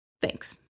Thanks